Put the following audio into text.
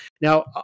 Now